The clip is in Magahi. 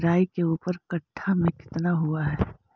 राई के ऊपर कट्ठा में कितना हुआ है?